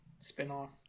Spinoff